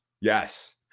Yes